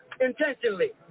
intentionally